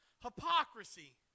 hypocrisy